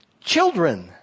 children